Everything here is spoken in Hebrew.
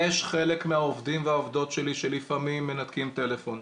יש חלק מהעובדים והעובדות שלי שלפעמים מנתקים טלפון.